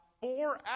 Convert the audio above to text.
four